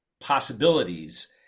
possibilities